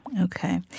Okay